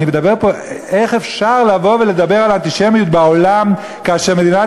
איך אפשר לבוא ולדבר על אנטישמיות בעולם כאשר מדינת